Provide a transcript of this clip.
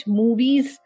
movies